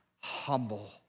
humble